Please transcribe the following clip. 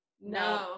no